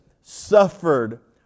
suffered